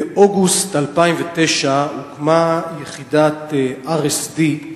באוגוסט 2009 הוקמה יחידת RSD,